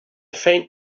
faint